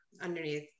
underneath